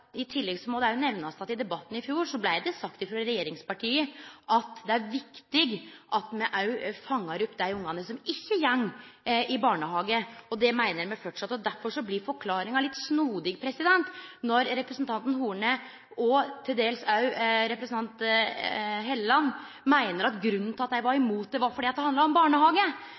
I tillegg må det òg nemnast at i debatten i fjor blei det sagt frå regjeringspartia at det er viktig at me òg fangar opp dei ungane som ikkje går i barnehage, og det meiner me framleis. Derfor blir forklaringa litt snodig når representanten Horne, og til dels òg representanten Hofstad Helleland, seier at grunnen til at dei var imot det, var at det handla om barnehage.